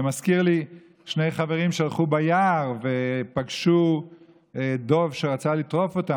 זה מזכיר לי שני חברים שהלכו ביער ופגשו דוב שרצה לטרוף אותם.